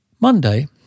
Monday